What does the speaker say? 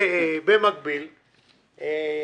חיים?